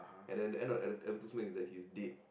and then end up at the advertisement he's like he's dead